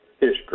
history